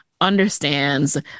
understands